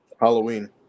halloween